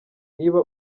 niba